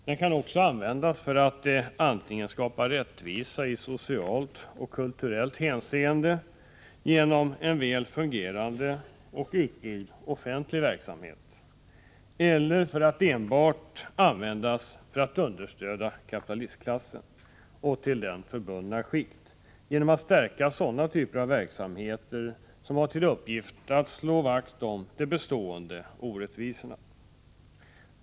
Den kan också användas för att antingen skapa rättvisa i socialt och kulturellt hänseende genom en väl fungerande och utbyggd offentlig verksamhet eller för att enbart understödja kapitalistklassen och med den förbundna skikt genom att sådana verksamheter stärks som har till uppgift att slå vakt om de bestående orättvisorna.